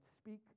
speak